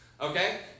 Okay